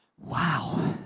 wow